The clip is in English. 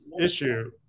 issue